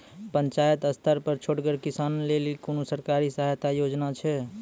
पंचायत स्तर पर छोटगर किसानक लेल कुनू सरकारी सहायता योजना छै?